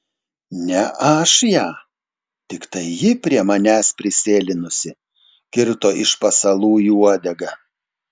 ne aš ją tiktai ji prie manęs prisėlinusi kirto iš pasalų į uodegą